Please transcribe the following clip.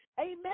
Amen